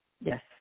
Yes